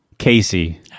Casey